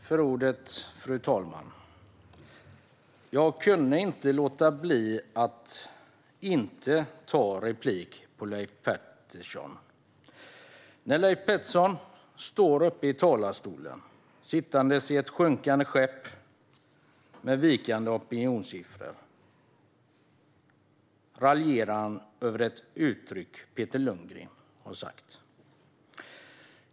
Fru talman! Jag kunde inte låta bli att ta replik på Leif Pettersson. Leif Pettersson sitter i ett sjunkande skepp av vikande opinionssiffror. Samtidigt står han i talarstolen och raljerar över något som Peter Lundgren har sagt.